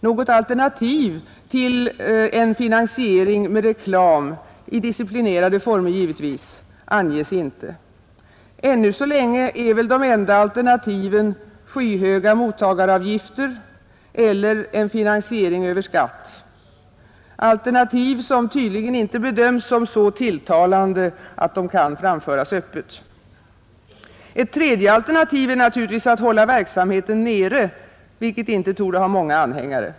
Något alternativ till en finansiering med reklam — i disciplinerade former, givetvis — anges inte; ännu så länge är väl de enda alternativen skyhöga mottagaravgifter eller en finansiering över skatt — alternativ som tydligen inte bedöms som så tilltalande att de kan framföras öppet. Ett tredje alternativ är naturligtvis att hålla verksamheten nere, vilket inte torde ha många anhängare.